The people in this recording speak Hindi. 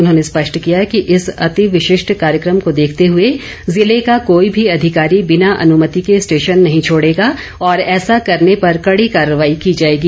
उन्होंने स्पष्ट किया कि इस अति विशिष्ट कार्यक्रम को देखते हुए जिले का कोई भी अधिकारी बिना अनुमति के स्टेशन नहीं छोड़ेगा और ऐसा करने पर कड़ी कार्रवाई की जाएगी